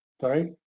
Sorry